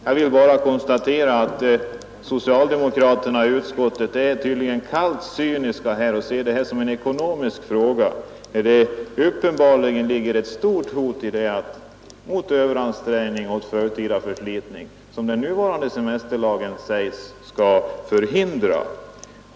Jag vill bara konstatera att socialdemokraterna i utskottet tydligen är kallt cyniska här och ser det här som en ekonomisk fråga, trots att det uppenbarligen föreligger ett stort hot om överansträngning och förtida förslitning, något som den nuvarande semesterlagen sägs skola förhindra.